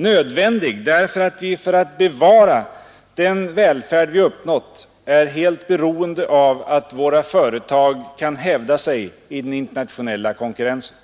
Nödvändig, därför att vi för att bevara den välfärd vi uppnått är helt beroende av att våra företag kan hävda sig i den internationella konkurrensen.